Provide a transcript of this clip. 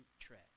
tread